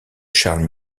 charles